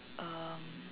um